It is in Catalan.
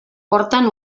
porten